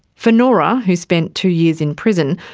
for nora, who spent two years in prison,